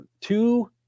two